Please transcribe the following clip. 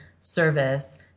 service